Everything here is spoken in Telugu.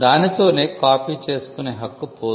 దానితోనే కాపీ చేసుకునే హక్కు పోదు